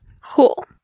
Cool